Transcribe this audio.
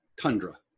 tundra